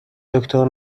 دکتر